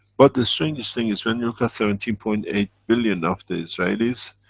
but the strangest thing is, when you look at seventeen point eight billion of the israelis,